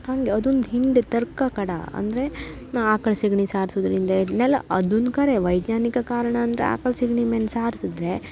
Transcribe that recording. ಹಾಗೆ ಅದೊಂದು ಹಿಂದೆ ತರ್ಕಕಡ ಅಂದರೆ ಆಕ್ಳ ಸೆಗಣಿ ಸಾರ್ಸುದ್ರಿಂದ ಇದ್ನೆಲ್ಲ ಅದುಂದು ಖರೆ ವೈಜ್ಞಾನಿಕ ಕಾರಣ ಅಂದರೆ ಆಕ್ಳ ಸೆಗ್ಣಿ ಮೇಲ್ ಸಾರಸಿದ್ರೆ